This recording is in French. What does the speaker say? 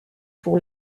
pour